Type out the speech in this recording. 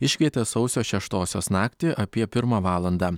iškvietė sausio šeštosios naktį apie pirmą valandą